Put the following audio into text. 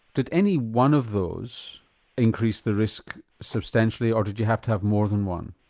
did any one of those increase the risk substantially or did you have to have more than one?